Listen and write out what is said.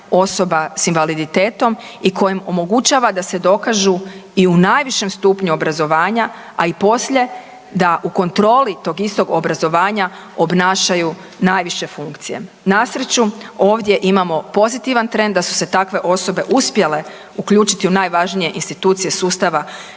osoba s invaliditetom i koje im omogućava da se dokažu i u najvišem stupnju obrazovanja, a i poslije da u kontroli tog istog obrazovanja obnašaju najviše funkcije. Na sreću ovdje imamo pozitivan trend da su se takve osobe uspjele uključiti u najvažnije institucije sustava